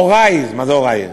הורי, מה זה הורי?